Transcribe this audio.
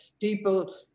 people